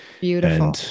beautiful